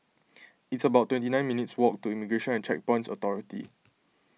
it's about twenty nine minutes' walk to Immigration and Checkpoints Authority